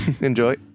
Enjoy